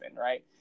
right